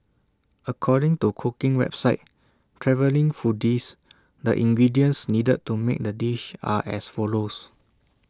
according to cooking website travelling foodies the ingredients needed to make the dish are as follows